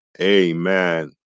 amen